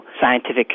scientific